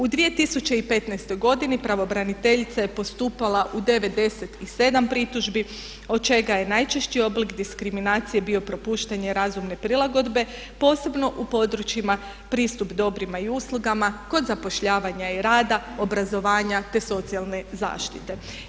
U 2015. godini pravobraniteljica je postupala u 97 pritužbi, od čega je najčešći oblik diskriminacije bio propuštanje razumne prilagodbe, posebno u područjima pristup dobrima i uslugama, kod zapošljavanja i rada, obrazovanja te socijalne zaštite.